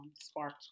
spark